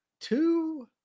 two